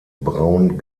braun